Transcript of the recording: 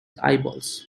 eyeballs